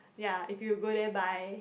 ya if you go there buy